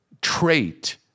trait